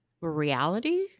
reality